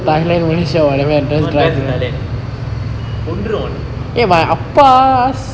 we all drive to thailand